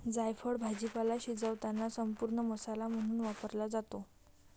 जायफळ भाजीपाला शिजवताना संपूर्ण मसाला म्हणून वापरला जातो